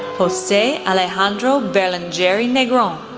jose alejandro berlingeri negron,